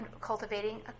cultivating